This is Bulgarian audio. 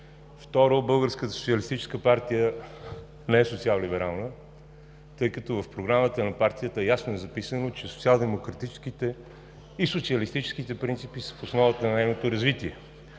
Второ, Българската социалистическа партия не е социаллиберална, тъй като в програмата на партията ясно е записано, че социалдемократическите и социалистическите принципи са в основата на нейното развитие.